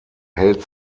hält